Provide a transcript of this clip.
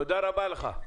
תודה רבה לך.